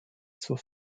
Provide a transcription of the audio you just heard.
zur